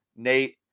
nate